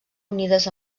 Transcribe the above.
unides